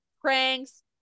pranks